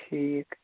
ٹھیٖک